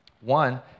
One